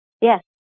Yes